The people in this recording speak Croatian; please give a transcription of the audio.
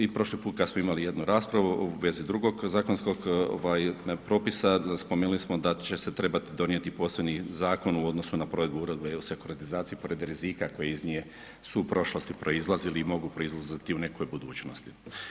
I prošli put kad smo imali jednu raspravu u vezi drugog zakonskog ovaj propisa, spomenuli smo da će se trebat donijeti posebni zakon u odnosu na provedbu Uredbe o sekuritizaciji pored rizika koji iz nje su u prošlosti proizlazili i mogu proizlaziti u nekoj budućnosti.